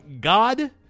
God